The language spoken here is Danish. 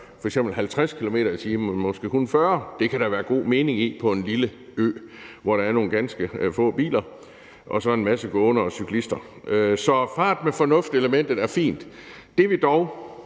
må køre 50 km/t., men måske kun 40 km/t. Det kan der være god mening i på en lille ø, hvor der er nogle ganske få biler og så en masse gående og cyklister. Så fart med fornuft-elementet er fint. Det, vi dog